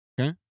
Okay